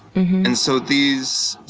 and so these,